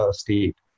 state